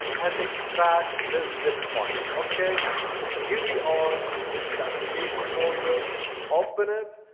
and extract this zipped file, okay so here we are, this is the application folder open it,